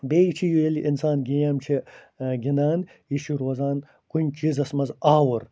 بیٚیہِ چھِ ییٚلہِ اِنسان گیم چھِ گِنٛدان یہِ چھُ روزان کُنہِ چیٖزَس منٛز آوُر